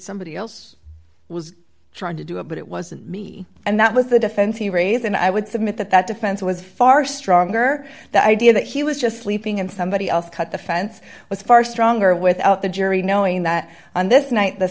somebody else was trying to do it but it wasn't me and that was the defense he raised and i would submit that that defense was far stronger the idea that he was just sleeping and somebody else cut the fence was far stronger without the jury knowing that on this night the